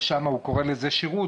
ושם הוא קורא לזה שירות,